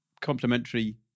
complementary